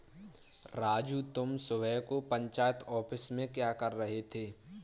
राजू तुम सुबह को पंचायत ऑफिस में क्या कर रहे थे?